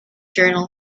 journal